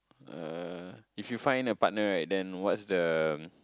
uh if you find a partner right then what's the